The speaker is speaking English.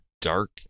dark